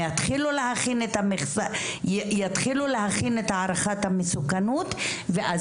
יתחילו להכין את הערכת המסוכנות ואז